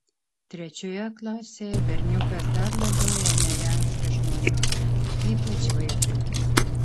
trečioje klasėje berniukas dar labiau ėmė vengti žmonių ypač vaikų